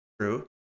true